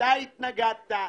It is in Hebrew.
התנגדת,